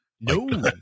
no